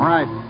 Right